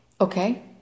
Okay